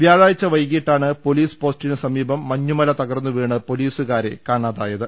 വ്യാഴാഴ്ച വൈകീട്ടാണ് പൊലീസ് പോസ്റ്റിന് സമീപം മഞ്ഞുമല തകർന്നുവീണ് പൊലീ സുകാരെ കാണാതായത്